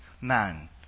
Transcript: man